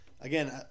again